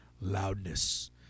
loudness